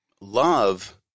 love